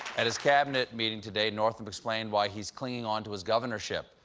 at his cabinet meeting today, northam explained why he's clinging onto his governorship,